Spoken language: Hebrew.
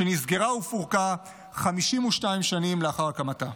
שנסגרה ופורקה 52 שנים לאחר הקמתה.